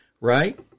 Right